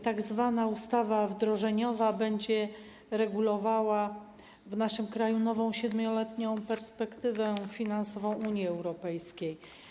Tzw. ustawa wdrożeniowa będzie regulowała w naszym kraju nową siedmioletnią perspektywę finansową Unii Europejskiej.